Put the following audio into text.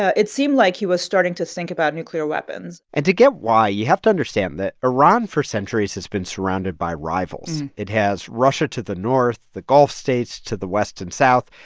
ah it seemed like he was starting to think about nuclear weapons and to get why, you have to understand that iran, for centuries, has been surrounded by rivals. it has russia to the north, the gulf states to the west and south.